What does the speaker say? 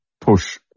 push